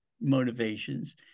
motivations